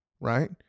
right